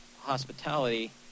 hospitality